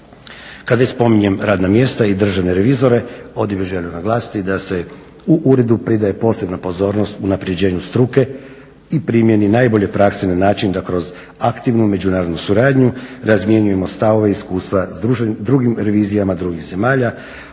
Kad već spominjem radna mjesta i državne revizore ovdje bih želio naglasiti da se u uredu pridaje posebna pozornost unapređenju struke i primjeni najbolje prakse na način da kroz aktivnu međunarodnu suradnju razmjenjujemo stavove i iskustva s drugim revizijama drugih zemalja,